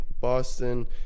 Boston